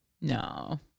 No